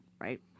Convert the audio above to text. right